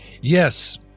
yes